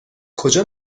کجا